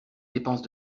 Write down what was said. dépenses